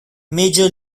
major